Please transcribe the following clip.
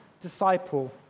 disciple